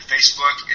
Facebook